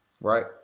right